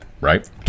Right